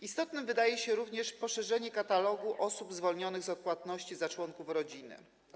Istotne wydaje się również poszerzenie katalogu osób zwolnionych z odpłatności za członków rodziny.